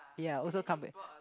ya also come back